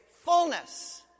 fullness